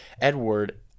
Edward